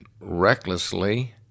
recklessly